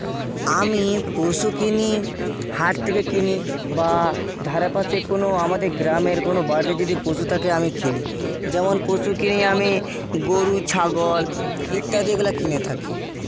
আমি পশু কিনি হাট থেকে কিনি বা ধারেপাশে কোনো আমাদের গ্রামের কোনো বাড়িতে যদি পশু থাকে আমি কিনি যেমন পশু কিনি আমি গরু ছাগল ইত্যাদিগুলো কিনে থাকি